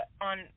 on